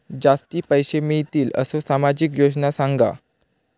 जास्ती पैशे मिळतील असो सामाजिक योजना सांगा?